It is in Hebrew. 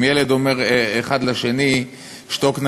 אם ילד אחד אומר לשני: שתוק,